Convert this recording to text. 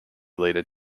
leader